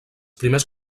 primers